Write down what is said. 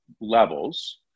levels